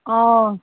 ꯑꯥ